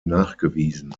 nachgewiesen